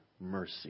mercy